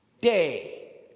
day